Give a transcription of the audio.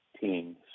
teams